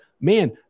man